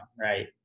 right